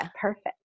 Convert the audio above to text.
Perfect